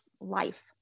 life